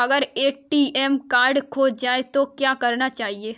अगर ATM card खो जाए तो क्या करना चाहिए?